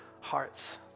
hearts